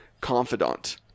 confidant